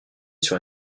sur